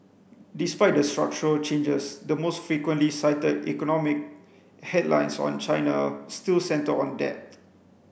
despite the structural changes the most frequently cited economic headlines on China still centre on debt